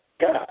God